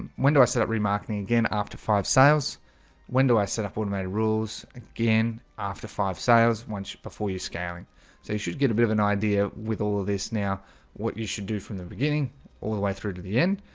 when do i set up remarketing again after five sales when do i set up automated rules? again, after five sales once before you're scaling so you should get a bit of an idea with all of this now what you should do from the beginning all the way through to the end.